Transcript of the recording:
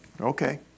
Okay